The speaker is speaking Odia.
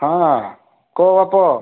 ହଁ କହ ବାପା